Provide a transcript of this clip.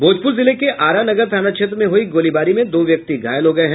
भोजपुर जिले के आरा नगर थाना क्षेत्र में हुई गोलाबारी में दो व्यक्ति घायल हो गये है